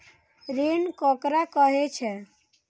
ऋण ककरा कहे छै?